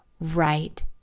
right